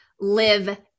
live